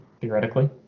theoretically